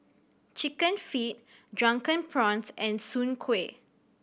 Chicken Feet Drunken Prawns and soon kway